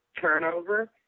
turnover